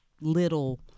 little